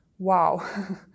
wow